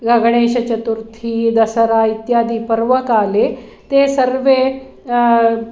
ग गणेशचतुर्थी दसरा इत्यादि पर्वकाले ते सर्वे